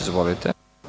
Izvolite.